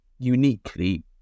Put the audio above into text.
uniquely